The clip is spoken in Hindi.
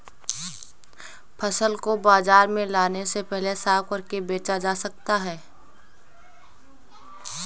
फसल को बाजार में लाने से पहले साफ करके बेचा जा सकता है?